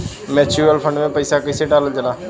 Mutual fund मे पईसा कइसे डालल जाला?